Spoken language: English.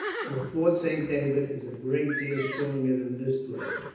for fort saint david is a great deal stronger than this place,